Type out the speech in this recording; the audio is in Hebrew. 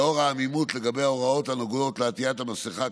לאור העמימות לגבי ההוראות הנוגעות לעטיית המסכה,